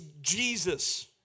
Jesus